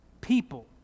People